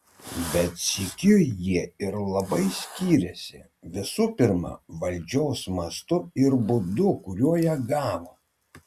bet sykiu jie ir labai skyrėsi visų pirma valdžios mastu ir būdu kuriuo ją gavo